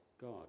God